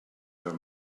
her